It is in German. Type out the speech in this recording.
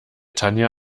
tanja